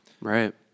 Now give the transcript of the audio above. Right